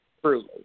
truly